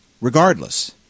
regardless